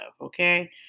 okay